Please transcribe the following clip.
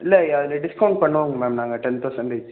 இல்லை அதில் டிஸ்கவுண்ட் பண்ணுவோம்ங்க மேம் நாங்கள் டென் பர்சன்டேஜ்